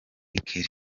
kelly